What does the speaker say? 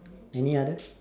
any others